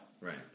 Right